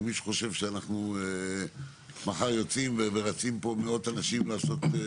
אם מישהו חושב שמחר אנחנו יוצאים ורצים פה מאות אנשים לעשות...